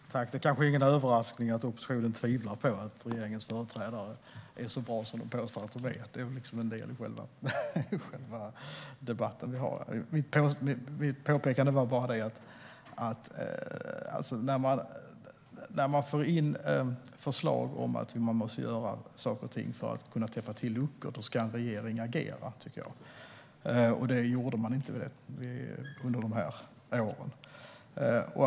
Herr talman! Det är kanske ingen överraskning att oppositionen tvivlar på att regeringens företrädare är så bra som de påstår att de är. Det är en del i själva debatten vi har. Mitt påpekande var bara att när man får in förslag om att man måste göra saker och ting för att kunna täppa till luckor ska en regering agera. Det gjorde man inte under dessa år.